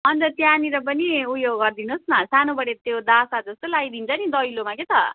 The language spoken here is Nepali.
अन्त त्यहाँनिर पनि उयो गरिदिनु होस् न सानो बडी त्यो दासा जस्तो लगाइदिन्छ नि दैलोमा के त